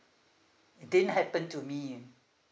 didn't happen to me